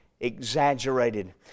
exaggerated